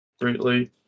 greatly